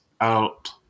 out